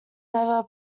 never